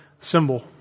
symbol